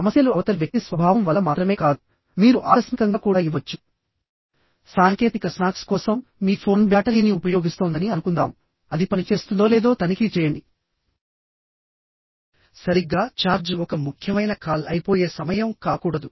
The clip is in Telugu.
సమస్యలు అవతలి వ్యక్తి స్వభావం వల్ల మాత్రమే కాదు మీరు ఆకస్మికంగా కూడా ఇవ్వవచ్చు సాంకేతిక స్నాక్స్ కోసం మీ ఫోన్ బ్యాటరీని ఉపయోగిస్తోందని అనుకుందాం అది పనిచేస్తుందో లేదో తనిఖీ చేయండి సరిగ్గా ఛార్జ్ ఒక ముఖ్యమైన కాల్ అయిపోయే సమయం కాకూడదు